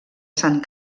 sant